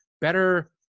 better